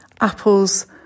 apples